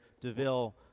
DeVille